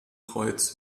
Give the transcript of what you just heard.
kreuz